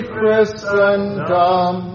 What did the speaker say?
Christendom